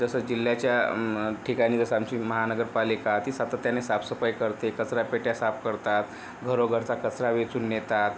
जसं जिल्ह्याच्या ठिकाणी जसं आमची महानगरपालिका ती सातत्याने साफसफाई करते कचरापेट्या साफ करतात घरोघरचा कचरा वेचून नेतात